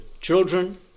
children